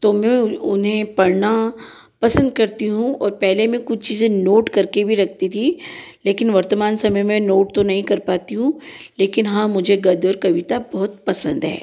तो मैं उन्हें पढ़ना पसंद करती हूँ और पहले मैं कुछ चीज़ें नोट करके भी रखती थी लेकिन वर्तमान समय में नोट तो नहीं कर पाती हूँ लेकिन हाँ मुझे गद्य और कविता बहुत पसंद है